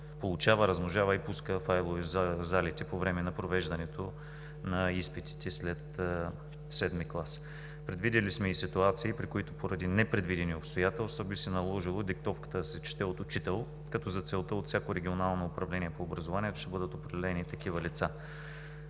получава, размножава и пуска файлове в залите по време на провеждането на изпитите след VІІ клас. Предвидили сме и ситуации, при които поради непредвидени обстоятелства би се наложило диктовката да се чете от учител, като за целта от всяко регионално управление по образованието ще бъдат определени такива лица.